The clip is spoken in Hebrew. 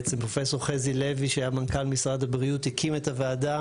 בעצם פרופ' חזי לוי שהיה מנכ"ל משרד הבריאות הקים את הוועדה